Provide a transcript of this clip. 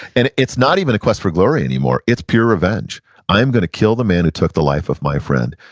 and it's not even a quest for glory any more, it's pure revenge i'm going to kill the man that and took the life of my friend.